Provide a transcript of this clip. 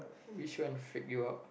which one freak you out